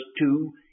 two